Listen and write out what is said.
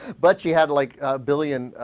but she had like ah. billion